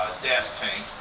das tank.